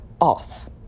off